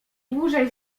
dłużej